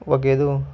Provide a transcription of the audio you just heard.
ಒಗೆದು